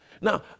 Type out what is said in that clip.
Now